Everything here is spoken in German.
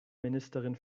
ministerin